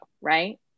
right